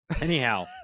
anyhow